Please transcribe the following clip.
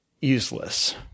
useless